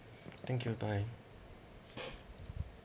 thank you bye